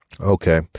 Okay